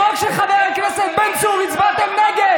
חוק של חבר הכנסת בן צור, הצבעתם נגד.